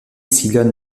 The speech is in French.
sillonne